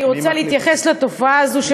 אני רוצה להתייחס לתופעה הזאת,